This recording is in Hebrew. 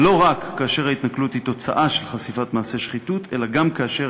לא רק כאשר ההתנכלות היא תוצאה של חשיפת מעשה שחיתות אלא גם כאשר